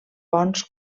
bons